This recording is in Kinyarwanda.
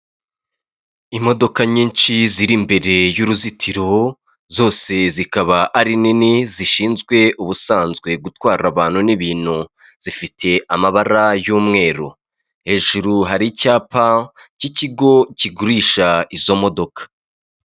Abagabo n' numudamu bicaye yambaye ijire y'umuhondo irimo akarongo k'umukara asutse ibishuko byumukara, yambaye agashanete mu ijosi, imbere yabo kumeza hari agacupa k'amazi igitabo hejuru hariho bike.